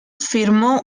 filmó